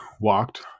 walked